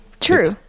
true